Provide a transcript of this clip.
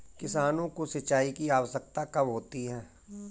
किसानों को सिंचाई की आवश्यकता कब होती है?